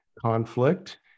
conflict